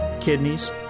kidneys